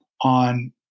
on